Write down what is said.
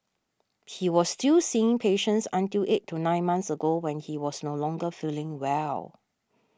he was still seeing patients until eight to nine months ago when he was no longer feeling well